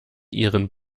ihren